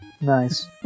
Nice